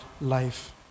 life